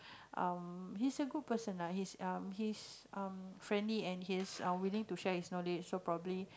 um he's a good person lah he's um he's um friendly and he's uh willing to share his knowledge so probably